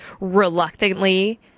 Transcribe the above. reluctantly